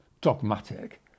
dogmatic